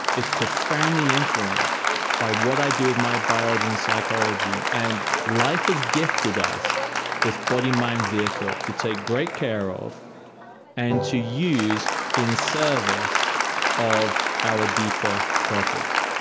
if profoundly influenced by what i do with my biology and psychology and life has gifted us this body, mind vehicle to take great care of and to use in service of our deeper purpose.